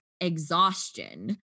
exhaustion